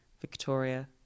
Victoria